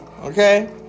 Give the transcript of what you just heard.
okay